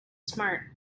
smart